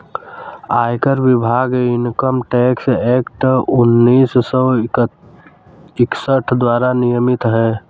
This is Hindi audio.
आयकर विभाग इनकम टैक्स एक्ट उन्नीस सौ इकसठ द्वारा नियमित है